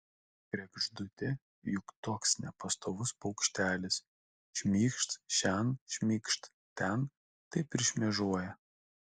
kregždutė juk toks nepastovus paukštelis šmykšt šen šmykšt ten taip ir šmėžuoja